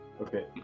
Okay